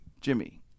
Jimmy